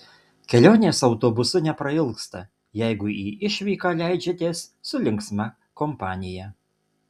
kelionės autobusu neprailgsta jeigu į išvyką leidžiatės su linksma kompanija